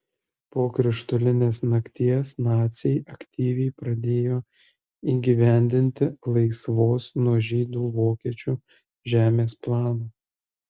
po krištolinės nakties naciai aktyviai pradėjo įgyvendinti laisvos nuo žydų vokiečių žemės planą